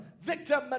victim